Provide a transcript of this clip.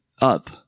up